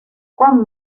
cuán